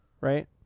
right